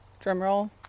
drumroll